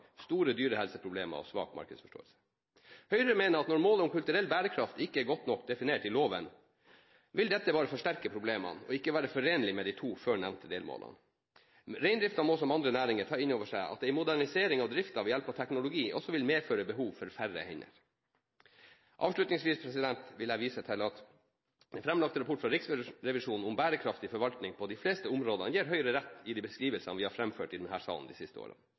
store dyrehelseproblemer og svak markedsforståelse. Høyre mener at når målet om kulturell bærekraft ikke er godt nok definert i loven, vil dette bare forsterke problemene og ikke være forenlig med de to før nevnte delmålene. Reindriften må som andre næringer ta inn over seg at en modernisering av driften ved hjelp av teknologi også vil medføre behov for færre hender. Avslutningsvis vil jeg vise til at den fremlagte rapporten fra Riksrevisjonen om bærekraftig forvaltning på de fleste områdene gir Høyre rett i de beskrivelsene vi har fremført i denne salen de siste